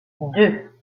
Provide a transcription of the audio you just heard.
deux